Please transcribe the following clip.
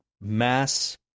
mass